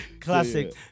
Classic